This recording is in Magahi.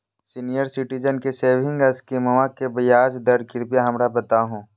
सीनियर सिटीजन के सेविंग स्कीमवा के ब्याज दर कृपया हमरा बताहो